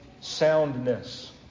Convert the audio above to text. soundness